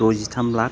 द'जिथाम लाख